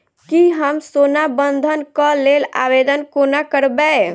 की हम सोना बंधन कऽ लेल आवेदन कोना करबै?